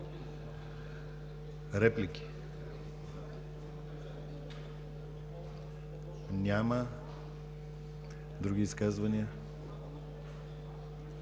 Реплики? Няма. Други изказвания?